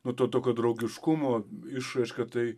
nu to tokio draugiškumo išraiška tai